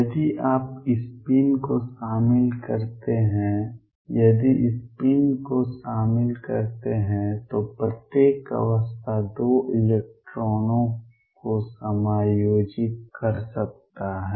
यदि आप स्पिन को शामिल करते हैं यदि स्पिन को शामिल करते हैं तो प्रत्येक अवस्था दो इलेक्ट्रॉनों को समायोजित कर सकता है